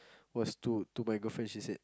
was to my girlfriend she said